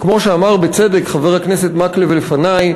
כמו שאמר בצדק חבר הכנסת מקלב לפני,